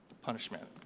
punishment